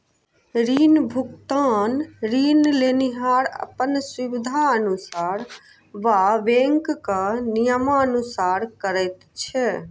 ऋण भुगतान ऋण लेनिहार अपन सुबिधानुसार वा बैंकक नियमानुसार करैत छै